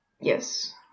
Yes